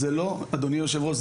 אדוני היושב-ראש,